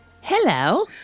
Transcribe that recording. Hello